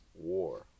war